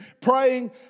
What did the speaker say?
praying